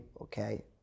okay